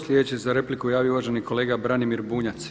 Sljedeći se za repliku javio uvaženi kolega Branimir Bunjac.